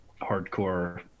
hardcore